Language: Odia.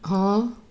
ହଁ